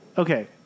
Okay